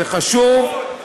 זה חשוב,